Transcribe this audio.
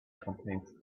contains